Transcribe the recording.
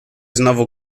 znowu